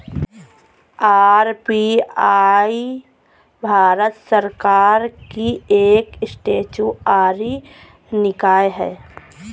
RBI Bharat सरकार की एक स्टेचुअरी निकाय है